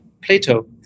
Plato